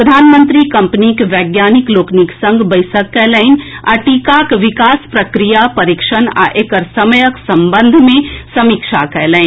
प्रधानमंत्री कंपनीक वैज्ञानिक लोकनिक संग बैसक कएलनि आ टीकाक विकास प्रक्रिया परीक्षण आ एकर समयक संबंध मे समीक्षा कएलनि